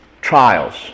trials